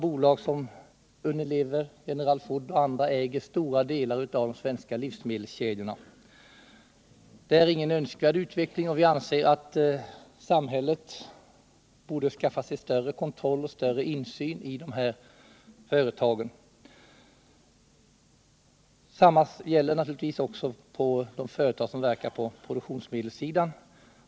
Bolag som Unilever och General Food äger stora delar av de svenska livsmedelskedjorna. Det är ingen önskvärd utveckling. Vi anser att samhället borde skaffa sig större kontroll och insyn i dessa företag. Detsamma gäller naturligtvis de företag som verkar på produktionssidan.